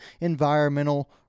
environmental